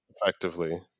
Effectively